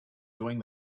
doing